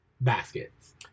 baskets